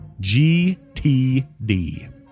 GTD